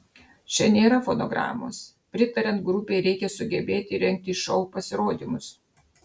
čia nėra fonogramos pritariant grupei reikia sugebėti rengti šou pasirodymus